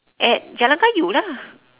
at jalan-kayu lah